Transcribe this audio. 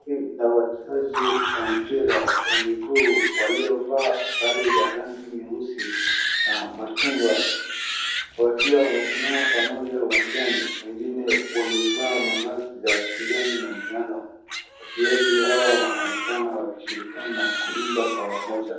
Hii ni wachezaji wa mpira ya miguu waliovaa sare za rangi nyeusi na machungwa. wakiwa wamesimama pamoja uwanjani, wengine wamevaa mavazi ya kijani na njano. Wachezaji hawa wanaonekana wakisherekea na kuimba kwa pamoja.